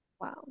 Wow